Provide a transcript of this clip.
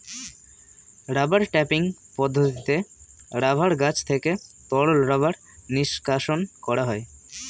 rubber ট্যাপিং পদ্ধতিতে রাবার গাছ থেকে তরল রাবার নিষ্কাশণ করা হয়